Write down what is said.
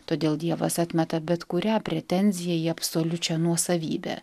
todėl dievas atmeta bet kurią pretenziją į absoliučią nuosavybę